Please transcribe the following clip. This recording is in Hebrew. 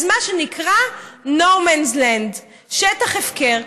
אז זה מה שנקרא no man's land, שטח הפקר.